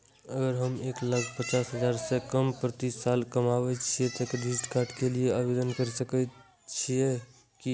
अगर हम एक लाख पचास हजार से कम प्रति साल कमाय छियै त क्रेडिट कार्ड के लिये आवेदन कर सकलियै की?